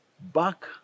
back